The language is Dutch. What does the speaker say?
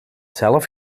zelf